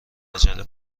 عجله